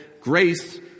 grace